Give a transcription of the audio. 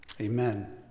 Amen